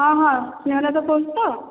ହଁ ହଁ ସ୍ନେହଲତା କହୁଛୁ ତ